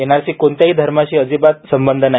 एनआरसीचा कोणत्याही धर्माशी अजिबात संबंध नाही